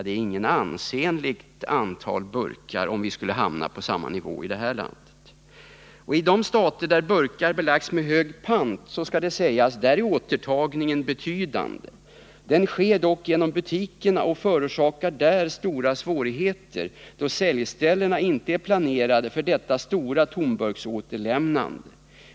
Det blir inget ansenligt antal burkar, om vi skulle hamna på samma nivå här i landet. I de stater där burkar belagts med hög pant är återtagningen betydande. Den sker dock genom butikerna och förorsakar där stora svårigheter, då säljställena inte är planerade för ett så stort tomburksåterlämnande.